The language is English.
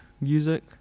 music